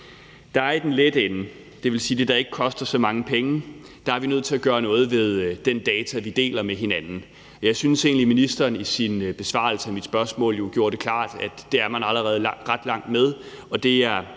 Der er i den lette ende, dvs. det, der ikke koster så mange penge, og der er vi nødt til at gøre noget ved den data, vi deler med hinanden. Jeg synes egentlig, ministeren i sin besvarelse af mit spørgsmål jo gjorde det klart, at man allerede er ret langt med